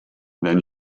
then